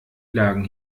lagen